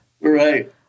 Right